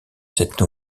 cette